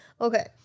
okay